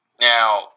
Now